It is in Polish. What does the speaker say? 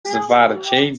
zwarciej